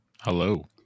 Hello